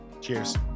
Cheers